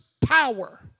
power